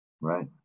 Right